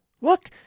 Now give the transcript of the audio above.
Look